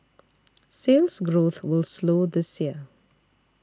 Sales Growth will slow this year